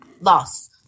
loss